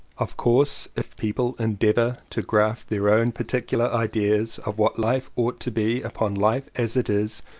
of course if people endeavour to graft their own particular ideas of what life ought to be upon life as it is,